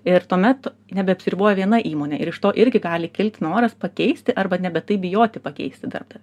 ir tuomet nebeapsiriboja viena įmone ir iš to irgi gali kilti noras pakeisti arba nebe taip bijoti pakeisti darbdavį